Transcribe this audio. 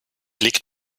blick